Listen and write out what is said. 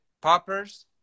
poppers